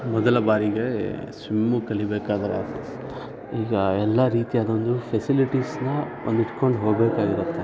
ಮೊದಲ ಬಾರಿಗೆ ಸ್ವಿಮ್ಮು ಕಲಿಬೇಕಾದ್ರೆ ಈಗ ಎಲ್ಲ ರೀತಿಯ ಅದೊಂದು ಫೆಸಿಲಿಟೀಸನ್ನ ಒಂದು ಇಟ್ಕೊಂಡು ಹೋಗಬೇಕಾಗಿರುತ್ತೆ